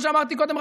כמו שאמרתי קודם,